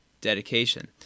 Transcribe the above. dedication